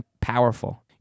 powerful